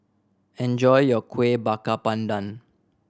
enjoy your Kueh Bakar Pandan